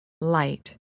light